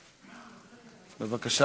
בבקשה,